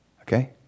okay